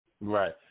Right